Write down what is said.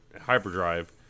hyperdrive